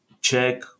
check